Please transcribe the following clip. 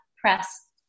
Press